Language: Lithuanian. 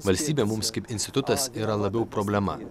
valstybė mums kaip institutas yra labiau problema